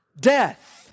death